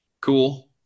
cool